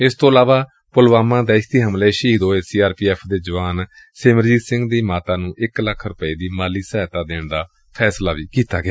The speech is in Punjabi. ਇਸ ਤੋਂ ਇਲਾਵਾ ਪੁਲਵਾਮਾ ਦਹਿਸ਼ਤੀ ਹਮਲੇ ਚ ਸ਼ਹੀਦ ਹੋਏ ਸੀ ਆਰ ਪੀ ਐਫ਼ ਦੇ ਜਵਾਨ ਸਿਮਰਜੀਤ ਸਿੰਘ ਦੀ ਮਾਤਾ ਨੁੰ ਇਕ ਲੱਖ ਰੁਪਏ ਦੀ ਮਾਲੀ ਸਹਾਇਤਾ ਦੇਣ ਦਾ ਫੈਸਲਾ ਵੀ ਕੀਤਾ ਗਿਆ